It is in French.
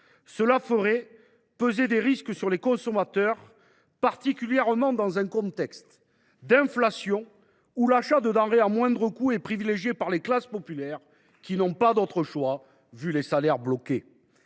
Cela ferait peser des risques sur les consommateurs, en particulier dans un contexte d’inflation où l’achat de denrées à moindre coût est privilégié par les classes populaires, qui n’ont pas d’autre choix en raison